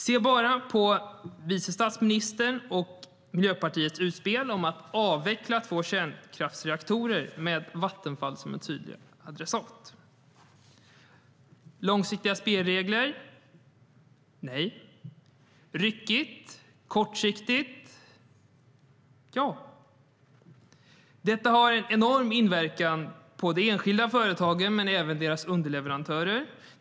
Se bara på Miljöpartiets och vice statsministerns utspel om att avveckla två kärnkraftsreaktorer, med Vattenfall som tydlig adressat. Är det långsiktiga spelregler? Nej. Är det ryckigt och kortsiktigt? Ja.Detta har enorm inverkan på de enskilda företagen men även deras underleverantörer.